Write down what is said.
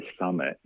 summit